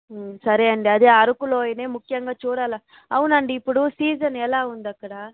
సరే అండీ అదే అరకు లోయనే ముఖ్యంగా చూడాలీ అవునండి ఇప్పుడు సీజన్ ఎలా ఉంది అక్కడ